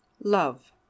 Love